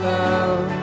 love